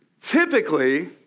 typically